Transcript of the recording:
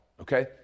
okay